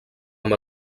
amb